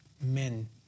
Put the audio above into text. men